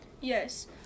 Yes